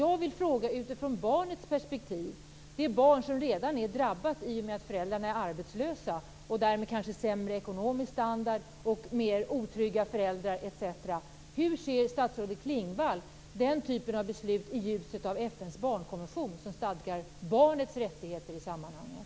Jag vill fråga utifrån barnets perspektiv - det barn som redan är drabbat i och med att föräldrarna är arbetslösa och som därmed kanske har sämre ekonomisk standard, mer otrygga föräldrar osv. Hur ser statsrådet Klingvall på denna typ av beslut i ljuset av FN:s barnkonvention som stadgar barnets rättigheter i sammanhanget?